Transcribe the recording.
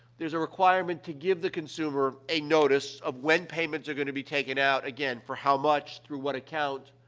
there's a requirement to give the consumer a notice of when payments are going to be taken out, again, for how much, through what account,